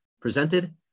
presented